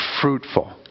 fruitful